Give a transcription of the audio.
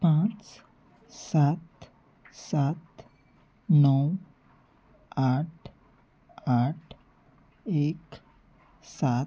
पांच सात सात णव आठ आठ एक सात